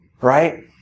right